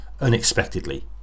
unexpectedly